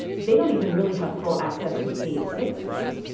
they don't even really have full access to paid sick leave.